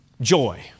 joy